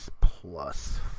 plus